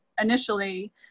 initially